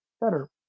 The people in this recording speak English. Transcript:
better